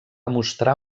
mostrar